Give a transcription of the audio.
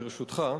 ברשותך.